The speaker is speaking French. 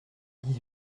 dix